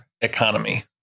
economy